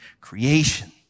creation